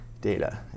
data